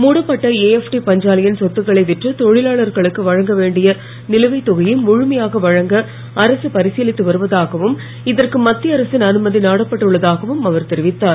மூடப்பட்ட ஏஎப்டி பஞ்சாலையின் சொத்துக்களை விற்று தொழிலாளர்களுக்கு வழங்க வேண்டிய நிலுவைத்தொகையை முழுமையாக வழங்க அரசு பரிசிலித்து வருவதாகவும் இதற்கு மத்திய அரசின் அனுமதி நாடப்பட்டுள்ளதாகவும் அவர் தெரிவித்தார்